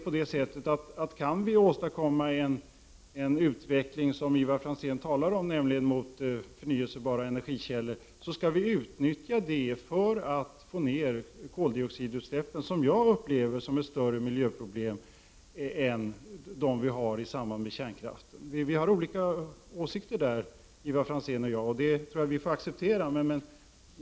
Om det går att åstadkomma en utveckling som Ivar Franzén talar om, nämligen mot förnyelsebara energikällor, skall vi utnyttja detta för att få ner koldioxidutsläppen. Dessa utsläpp upplever jag som ett större miljöproblem än de utsläpp som finns i samband med kärnkraften. Ivar Franzén och jag har olika åsikter på den punkten, och det får vi acceptera.